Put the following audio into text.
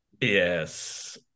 Yes